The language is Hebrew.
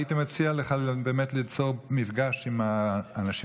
הייתי מציע לך באמת ליצור מפגש עם האנשים